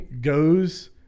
goes